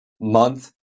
month